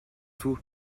tout